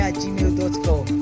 gmail.com